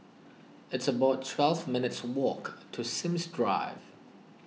it's about twelve minutes' walk to Sims Drive